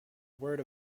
word